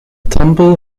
temple